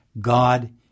God